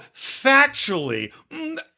factually